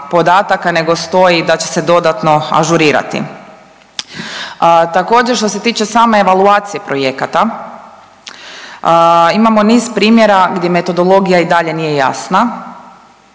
nego stoji da će se dodatno ažurirati. Također, što se tiče same evaluacije projekata, imamo niz primjera gdje metodologija i dalje nije jasna,